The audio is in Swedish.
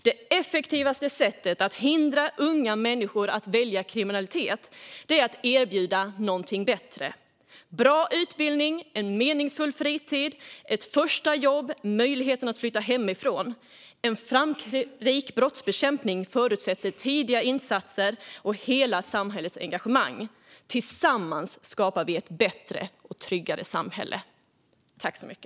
Det effektivaste sättet att hindra unga människor att välja kriminalitet är att erbjuda något bättre: bra utbildning, meningsfull fritid, ett första jobb, möjlighet att flytta hemifrån. En framgångsrik brottsbekämpning förutsätter tidiga insatser och hela samhällets engagemang. Tillsammans skapar vi ett bättre och tryggare samhälle.